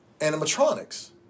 animatronics